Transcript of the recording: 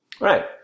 Right